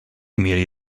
mieli